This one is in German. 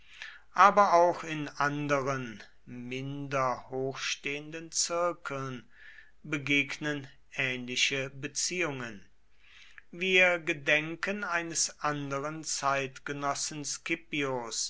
aber auch in anderen minderhochstehenden zirkeln begegnen ähnliche beziehungen wir gedenken eines anderen zeitgenossen scipios